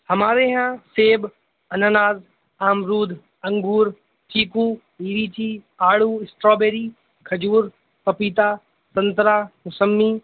ہمارے یہاں سیب انناس امرود انگور چیکو لیچی آڑو اسٹرابیری کھجور پپیتا سنترا موسمی